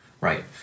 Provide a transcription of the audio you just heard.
Right